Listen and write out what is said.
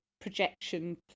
projection